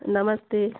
नमस्ते